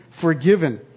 forgiven